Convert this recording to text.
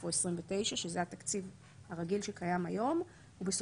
22. בסעיף 28 להחלטה העיקרית (1)במקום כותרת השוליים יבוא "זכאות